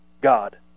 God